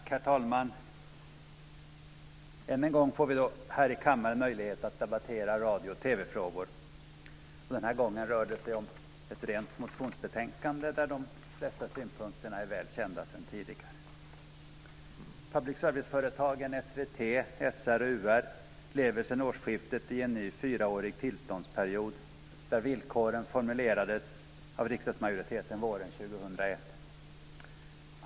Herr talman! Än en gång får vi här i kammaren möjlighet att debattera radio och TV-frågor. Denna gång rör det sig om ett rent motionsbetänkande, där de flesta synpunkterna är väl kända sedan tidigare. Public service-företagen SVT, SR och UR lever sedan årsskiftet i en ny fyraårig tillståndsperiod, där villkoren formulerades av riksdagsmajoriteten våren 2001.